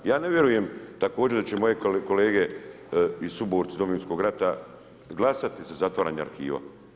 Ja ne vjerujem također da će moje kolege i suborci Domovinskog rata glasati za zatvaranje arhiva.